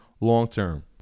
long-term